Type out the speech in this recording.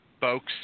Folks